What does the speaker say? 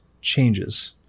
changes